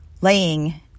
laying